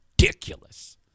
ridiculous